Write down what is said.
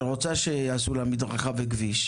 היא רוצה שיעשו לה מדרכה וכביש.